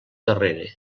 darrere